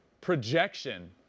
projection